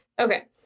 Okay